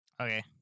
Okay